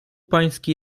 pański